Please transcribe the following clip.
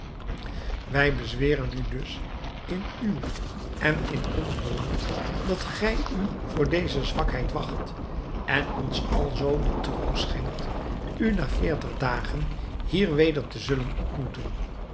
wij bezweren u dus in uw en in ons belang dat gij u voor deze zwakheid wacht en ons alzoo den troost schenkt u na veertig dagen hier weder te zullen ontmoeten